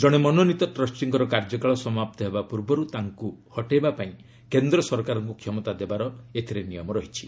ଜଣେ ମନୋନୀତ ଟ୍ରଷ୍ଟିଙ୍କର କାର୍ଯ୍ୟକାଳ ସମାପ୍ତ ହେବା ପୂର୍ବରୁ ତାଙ୍କ ହଟାଇବାପାଇଁ କେନ୍ଦ୍ର ସରକାରଙ୍କୁ କ୍ଷମତା ଦେବାର ଏଥିରେ ନିୟମ ରହିଛି